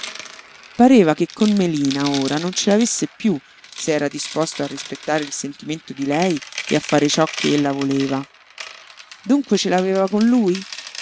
pareva che con melina ora non ce l'avesse piú se era disposto a rispettare il sentimento di lei e a fare ciò che ella voleva dunque ce l'aveva con lui